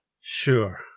Sure